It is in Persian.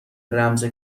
رمز